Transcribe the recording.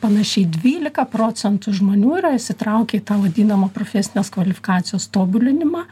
panašiai dvylika procentų žmonių yra įsitraukę į tą vadinamą profesinės kvalifikacijos tobulinimą